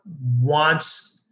wants